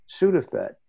Sudafed